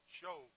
show